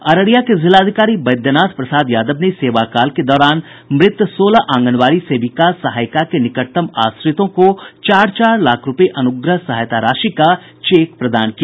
अररिया के जिलाधिकारी बैद्यनाथ प्रसाद यादव ने सेवाकाल के दौरान मृत सोलह आंगनबाड़ी सेविका सहायिका के निकटतम आश्रितों को चार चार लाख रूपये अनुग्रह सहायता राशि का चेक प्रदान किया